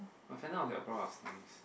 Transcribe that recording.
but Phantom-Of-The-Opera was nice